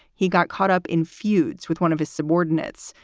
he got caught up in feuds with one of his subordinates,